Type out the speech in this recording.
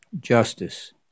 justice